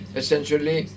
essentially